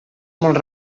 molt